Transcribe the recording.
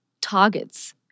targets